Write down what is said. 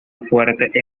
fuerte